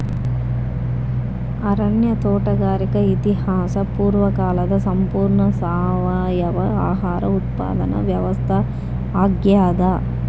ಅರಣ್ಯ ತೋಟಗಾರಿಕೆ ಇತಿಹಾಸ ಪೂರ್ವಕಾಲದ ಸಂಪೂರ್ಣ ಸಾವಯವ ಆಹಾರ ಉತ್ಪಾದನೆ ವ್ಯವಸ್ಥಾ ಆಗ್ಯಾದ